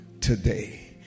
today